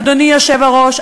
אדוני היושב-ראש,